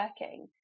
working